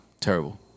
terrible